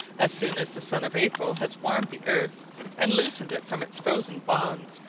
as soon as the sun of april has warmed the earth and loosened it from its frozen bonds,